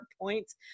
points